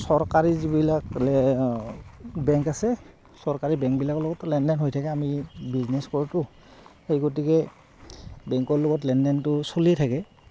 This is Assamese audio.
চৰকাৰী যিবিলাক বেংক আছে চৰকাৰী বেংকবিলাকৰ লগতো লেনদেন হৈ থাকে আমি বিজনেছ কৰোতো সেই গতিকে বেংকৰ লগত লেনদেনটো চলি থাকে